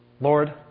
Lord